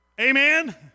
Amen